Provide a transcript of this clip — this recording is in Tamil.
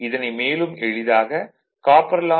இதனை மேலும் எளிதாக காப்பர் லாஸ் x2